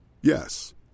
Yes